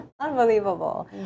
unbelievable